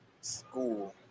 school